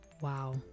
Wow